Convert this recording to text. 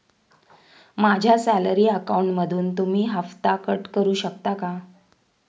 माझ्या सॅलरी अकाउंटमधून तुम्ही हफ्ता कट करू शकता का?